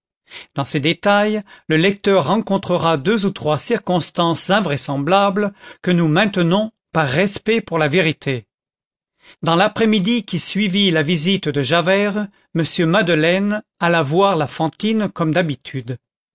dans ces détails le lecteur rencontrera deux ou trois circonstances invraisemblables que nous maintenons par respect pour la vérité dans l'après-midi qui suivit la visite de javert m madeleine alla voir la fantine comme d'habitude